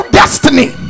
destiny